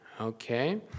Okay